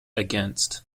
against